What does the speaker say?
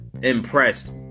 impressed